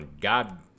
God